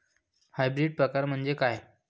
Hybrid प्रकार म्हणजे काय?